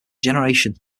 generation